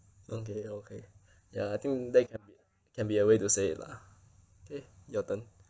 okay okay ya I think that can be can be a way to say it lah okay your turn